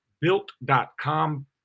Built.com